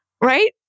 right